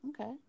okay